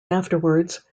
afterwards